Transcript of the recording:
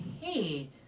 hey